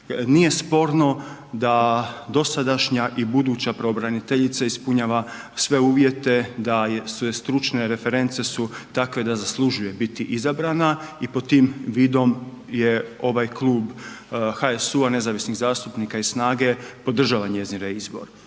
Nije sporno da dosadašnja i buduća pravobraniteljica ispunjava sve uvjete, da su joj stručne reference takve da zaslužuje biti izabrana i pod tim vidom je ovaj klub HSU-a, nezavisnih zastupnika i SNAGA-e podržava njezin reizbor.